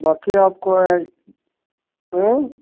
बाकी आपको आए हैं